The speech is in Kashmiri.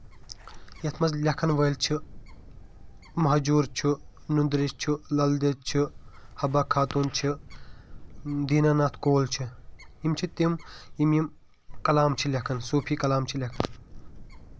یَتھ منٛز لٮ۪کھن وٲلۍ چھِ مہجور چھُ نُندریش چھُ للدیٚد چھ حبہ خاتون چھےٚ دینا ناتھ کول چھُ یِم چھِ تِم یِم یِم کلام چھِ لیٚکھان صوفی کلام چھِ لیٚکھان